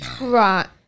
Right